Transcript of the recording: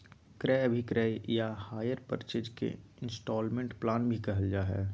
क्रय अभिक्रय या हायर परचेज के इन्स्टालमेन्ट प्लान भी कहल जा हय